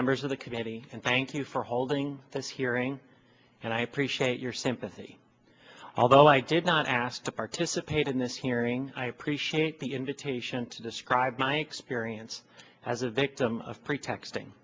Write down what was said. members of the committee and thank you for holding this hearing and i appreciate your sympathy although i did not ask to participate in this hearing i appreciate the invitation to describe my experience as a victim of pretexting